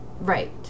Right